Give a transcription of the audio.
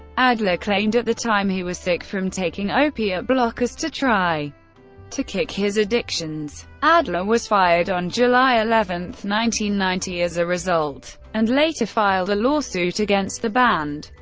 adler claimed at the time he was sick from taking opiate blockers to try to kick his addictions. adler was fired on july eleven ninety ninety as a result, and later filed a lawsuit against the band.